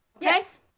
yes